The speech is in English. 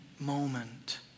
moment